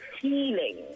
feeling